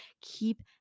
keep